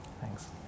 Thanks